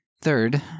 Third